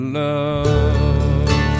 love